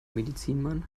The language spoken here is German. medizinmann